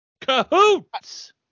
cahoots